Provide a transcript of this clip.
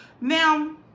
Now